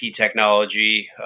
technology